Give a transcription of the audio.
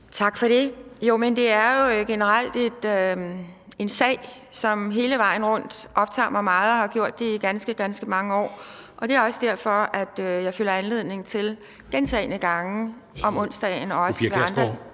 Tak for det. Jo, men det er jo generelt en sag, som hele vejen rundt optager mig meget og har gjort det i ganske, ganske mange år. Det er også derfor, jeg føler anledning til gentagne gange om onsdagen